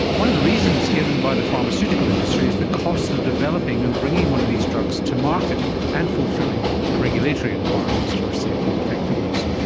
one of the reasons given by the pharmaceutical industry is the cost of developing and bringing one of these drugs to market and fulfilling the regulatory requirements for safety and effectiveness.